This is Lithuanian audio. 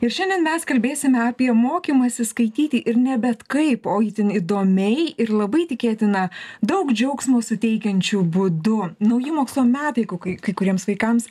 ir šiandien mes kalbėsime apie mokymąsi skaityti ir ne bet kaip o itin įdomiai ir labai tikėtina daug džiaugsmo suteikiančiu būdu nauji mokslo metai kuk kai kuriems vaikams